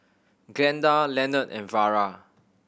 Glenda Lenord and Vara